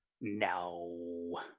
No